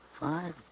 Five